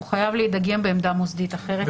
הוא חייב להידגם בעמדה מוסדית אחרת.